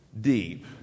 deep